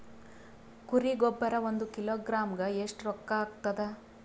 ಕುರಿ ಗೊಬ್ಬರ ಒಂದು ಕಿಲೋಗ್ರಾಂ ಗ ಎಷ್ಟ ರೂಕ್ಕಾಗ್ತದ?